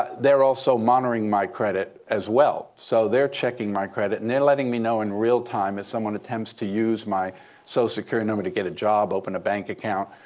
they're also monitoring my credit as well. so they're checking my credit, and they're letting me know in real time if someone attempts to use my social so security number to get a job, open a bank account,